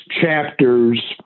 chapters